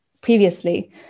previously